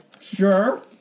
Sure